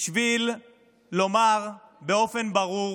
בשביל לומר באופן ברור